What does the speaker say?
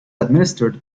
administered